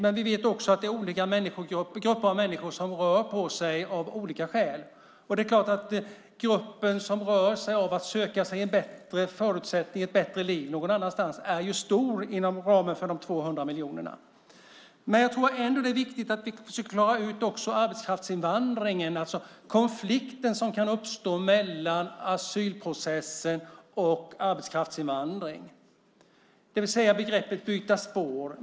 Men vi vet också att det är olika grupper av människor som rör på sig av olika skäl. Det är klart att den grupp som rör på sig för att söka sig bättre förutsättningar och ett bättre liv någon annanstans är stor inom ramen för de 200 miljonerna. Men jag tror ändå att det är viktigt att vi försöker klara ut frågan om arbetskraftsinvandringen, alltså den konflikt som kan uppstå mellan asylprocessen och arbetskraftsinvandringen. Det handlar om begreppet byta spår.